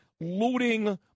looting